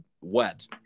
wet